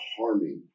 harming